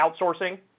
outsourcing